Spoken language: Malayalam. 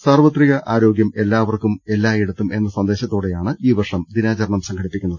സാർവ്വത്രിക ആരോഗ്യം എല്ലാവർക്കും എല്ലായിടത്തും എന്ന സന്ദേശത്തോടെയാണ് ഈ വർഷം ദിനാ ചരണം സംഘടിപ്പിക്കുന്നത്